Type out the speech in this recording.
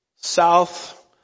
south